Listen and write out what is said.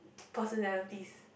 personalities